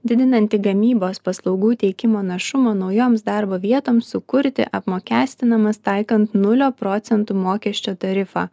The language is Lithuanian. didinantį gamybos paslaugų teikimo našumo naujoms darbo vietoms sukurti apmokestinamas taikant nulio procentų mokesčio tarifą